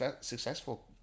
successful